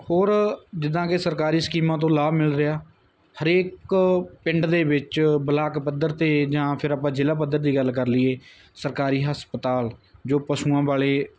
ਹੋਰ ਜਿੱਦਾਂ ਕਿ ਸਰਕਾਰੀ ਸਕੀਮਾਂ ਤੋਂ ਲਾਭ ਮਿਲ ਰਿਹਾ ਹਰੇਕ ਪਿੰਡ ਦੇ ਵਿੱਚ ਬਲਾਕ ਪੱਧਰ 'ਤੇ ਜਾਂ ਫੇਰ ਆਪਾਂ ਜ਼ਿਲ੍ਹਾ ਪੱਧਰ ਦੀ ਗੱਲ ਕਰ ਲਈਏ ਸਰਕਾਰੀ ਹਸਪਤਾਲ ਜੋ ਪਸ਼ੂਆਂ ਵਾਲੇ